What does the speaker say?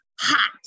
hot